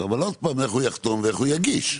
אבל איך הוא יחתום ואיך הוא יגיש?